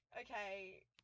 okay